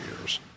years